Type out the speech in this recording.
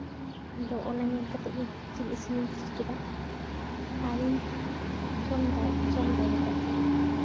ᱟᱫᱚ ᱚᱱᱟ ᱧᱮᱞ ᱠᱟᱛᱮᱫ ᱜᱮ ᱡᱤᱞ ᱤᱥᱤᱱᱤᱧ ᱪᱮᱫ ᱠᱮᱫᱟ ᱟᱨᱤᱧ ᱡᱚᱢᱫᱟ ᱡᱚᱢᱫᱟ ᱱᱮᱛᱟᱨ ᱫᱚ